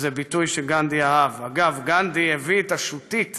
שזה ביטוי שגנדי אהב, אגב, גנדי הביא את השוטית